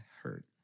hurt